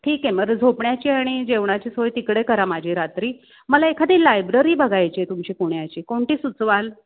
ठीक आहे माझ्या झोपण्याची आणि जेवणाची सोय तिकडे करा माझी रात्री मला एखादी लायब्ररी बघायची आहे तुमची पुण्याची कोणती सुचवाल